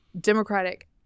Democratic